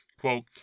quote